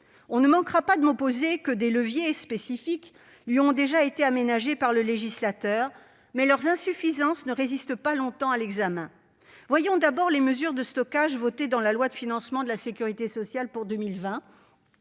On ne manquera pas de m'opposer que des leviers spécifiques ont déjà été aménagés par le législateur, mais leurs insuffisances ne résistent pas longtemps à l'examen. Je pense tout d'abord aux mesures de stockage votées dans la loi de financement de la sécurité sociale pour 2020,